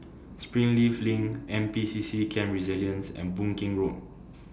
Springleaf LINK N P C C Camp Resilience and Boon Keng Road